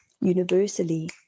universally